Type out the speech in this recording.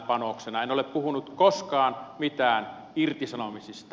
en ole puhunut koskaan mitään irtisanomisista